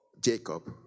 Jacob